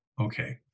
okay